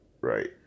Right